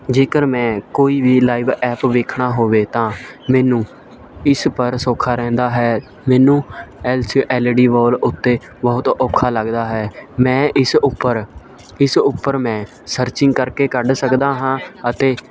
ਜੇਕਰ ਮੈਂ ਕੋਈ ਵੀ ਲਾਈਵ ਐਪ ਵੇਖਣਾ ਹੋਵੇ ਤਾਂ ਮੈਨੂੰ ਇਸ ਪਰ ਸੌਖਾ ਰਹਿੰਦਾ ਹੈ ਮੈਨੂੰ L C L E D wall ਉੱਤੇ ਬਹੁਤ ਔਖਾ ਲੱਗਦਾ ਹੈ ਮੈਂ ਇਸ ਉੱਪਰ ਇਸ ਉੱਪਰ ਮੈਂ ਸਰਚਿੰਗ ਕਰਕੇ ਕੱਢ ਸਕਦਾ ਹਾਂ ਅਤੇ